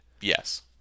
Yes